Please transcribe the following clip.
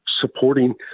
supporting